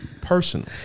personal